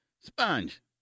Sponge